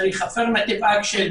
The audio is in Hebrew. וצריכה להיות affirmative action.